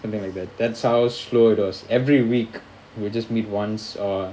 something like that that's how slow it was every week we'll just meet once or